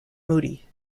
moody